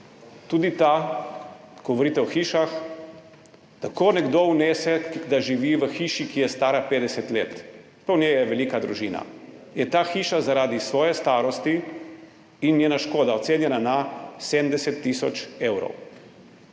tudi ta, ko govorite o hišah, da ko nekdo vnese, da živi v hiši, ki je stara 50 let, pa v njej je velika družina, je ta hiša zaradi svoje starosti in njena škoda ocenjena na 70 tisoč evrov,